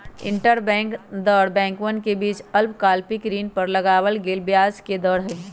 interbank दर बैंकवन के बीच अल्पकालिक ऋण पर लगावल गेलय ब्याज के दर हई